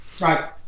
Right